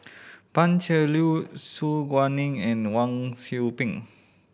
Pan Cheng Lui Su Guaning and Wang Sui Pick